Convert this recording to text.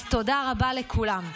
אז תודה רבה לכולם.